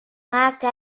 maakte